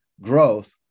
growth